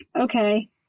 okay